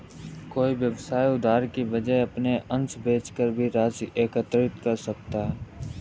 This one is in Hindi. कोई व्यवसाय उधार की वजह अपने अंश बेचकर भी राशि एकत्रित कर सकता है